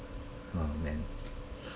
oh man